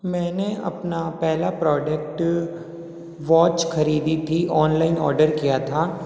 मैंने अपना पहला प्रॉडेक्ट वॉच खरीदी थी ऑनलाइन ऑर्डर किया था